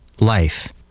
life